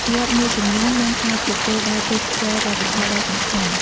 វត្តមួយចំនួនបានក្លាយជាគោលដៅទេសចរណ៍វប្បធម៌ដ៏សំខាន់។